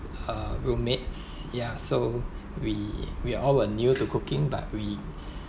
err roommates ya so we we all were new to cooking but we